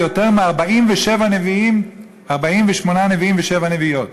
יותר מ-48 נביאים ושבע נביאות,